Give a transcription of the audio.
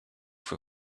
for